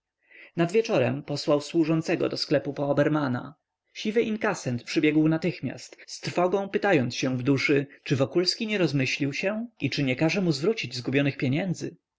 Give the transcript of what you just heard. nad wieczorem posłał służącego do sklepu po obermana siwy inkasent przybiegł natychmiast z trwogą pytając się w duszy czy wokulski nie rozmyślił się i nie każe mu zwrócić zgubionych pieniędzy